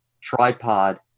tripod